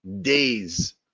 days